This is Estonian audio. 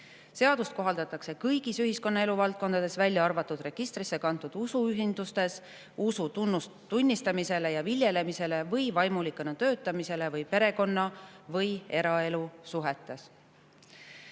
Seadust kohaldatakse kõigis ühiskonnaelu valdkondades, välja arvatud registrisse kantud usuühendustes usu tunnistamisele ja viljelemisele või vaimulikuna töötamisele või perekonna‑ või eraelu suhetes. Teine